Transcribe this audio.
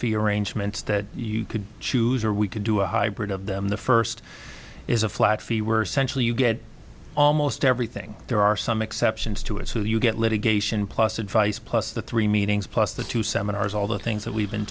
fee arrangements that you could choose or we could do a hybrid of them the first is a flat fee were essentially you get almost everything there are some exceptions to a suit you get litigation plus advice plus the three meetings plus the two seminars all the things that we've been